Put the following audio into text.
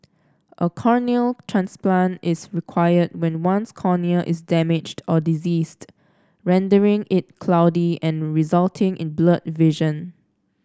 a corneal transplant is required when one's cornea is damaged or diseased rendering it cloudy and resulting in blurred vision